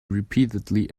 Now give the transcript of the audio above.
repeatedly